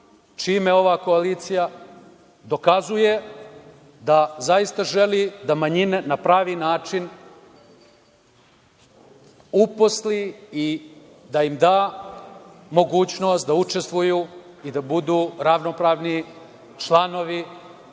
čime ova koalicija dokazuje da zaista želi da manjine na pravi način uposli i da im da mogućnost da učestvuju i da budu ravnopravni članovi